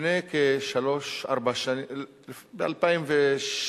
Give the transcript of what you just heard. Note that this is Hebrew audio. לפני כשלוש, ארבע שנים, ב-2008,